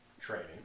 Training